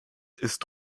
ist